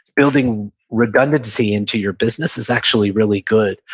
building redundancy into your business is actually really good,